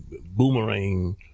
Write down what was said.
Boomerang